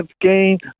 gained